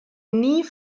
nie